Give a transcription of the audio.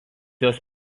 jos